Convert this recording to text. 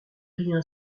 rien